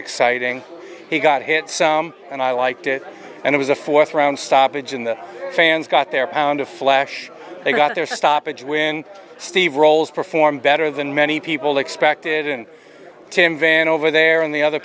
exciting he got hit some and i liked it and it was a th round stoppage in the fans got their pound of flesh they got their stoppage when steve rolls performed better than many people expected in tim van over there in the other